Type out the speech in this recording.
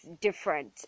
different